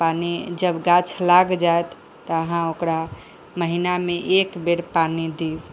पानि जब गाछ लाग जायत तऽ अहाँ ओकरा महिना मे एक बेर पानि दी